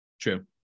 True